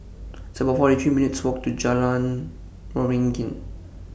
It's about forty three minutes' Walk to Jalan Waringin